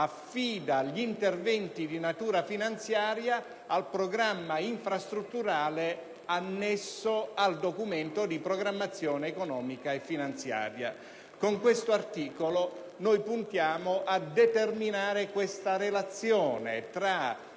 affida gli interventi di natura finanziaria al programma infrastrutturale annesso al Documento di programmazione economico-finanziaria. Con questo articolo noi puntiamo a determinare la relazione tra